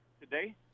today